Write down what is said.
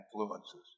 influences